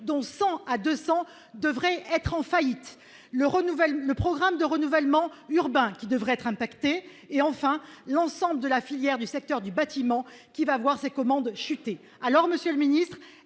dont 100 à 200 devraient être en faillite, le renouvellement, le programme de renouvellement urbain, qui devraient être impactés et enfin l'ensemble de la filière du secteur du bâtiment qui va voir ses commandes chuter alors Monsieur le Ministre,